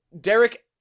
Derek